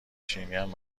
شیرینیم